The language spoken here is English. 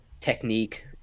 technique